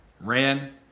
ran